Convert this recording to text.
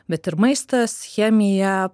bet ir maistas chemija